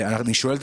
ואני שואל,